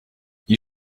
you